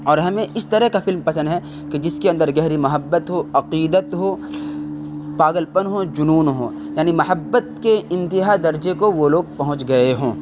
اور ہمیں اس طرح کا فلم پسند ہے کہ جس کے اندر گہری محبت ہو عقیدت ہو پاگلپن ہو جنون ہوں یعنی محبت کے انتہا درجے کو وہ لوگ پہنچ گئے ہوں